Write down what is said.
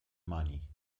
money